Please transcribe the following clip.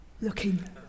looking